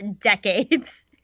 decades